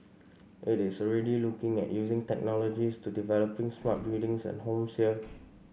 it is already looking at using technologies to developing smart buildings and homes here